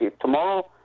Tomorrow